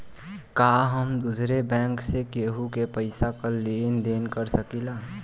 का हम दूसरे बैंक से केहू के पैसा क लेन देन कर सकिला?